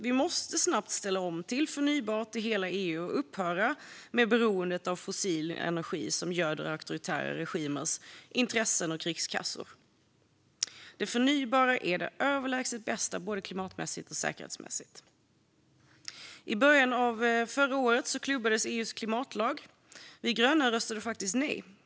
Vi måste snabbt ställa om till förnybart i hela EU och upphöra med beroendet av fossil energi som göder auktoritära regimers intressen och krigskassor. Det förnybara är det överlägset bästa både klimatmässigt och säkerhetsmässigt. I början av förra året klubbades EU:s klimatlag igenom. Vi gröna röstade faktiskt nej.